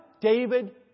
David